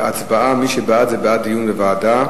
הצבעה: מי שבעד, זה בעד דיון בוועדה.